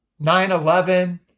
9-11